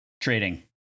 trading